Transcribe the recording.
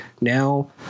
Now